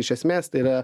iš esmės tai yra